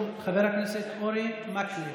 חבר הכנסת אורי מקלב.